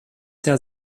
der